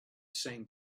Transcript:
same